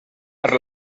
per